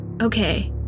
Okay